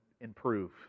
improve